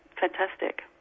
fantastic